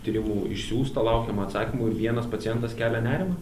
tyrimų išsiųsta laukiam atsakymų ir vienas pacientas kelia nerimą